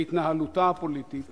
בהתנהלותה הפוליטית